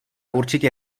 určitě